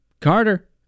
Carter